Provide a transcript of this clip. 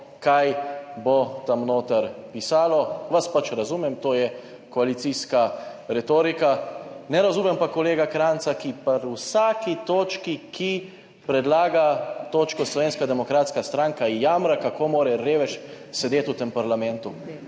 kaj bo tam noter pisalo. Vas pač razumem, to je koalicijska retorika. Ne razumem pa kolega Krajnca, ki pa pri vsaki točki, ki predlaga točko Slovenska demokratska stranka jamra kako mora revež sedeti v tem parlamentu.